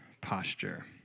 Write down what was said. posture